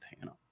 Hannah